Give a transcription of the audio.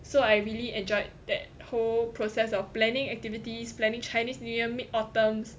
so I really enjoyed that whole process of planning activities planning chinese new year mid autumn's